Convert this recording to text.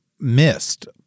missed